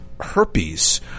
herpes